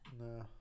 No